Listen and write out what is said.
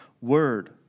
Word